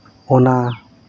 ᱚᱱᱟ